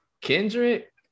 Kendrick